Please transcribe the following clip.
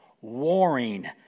warring